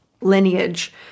lineage